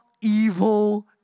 evil